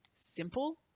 Simple